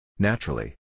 Naturally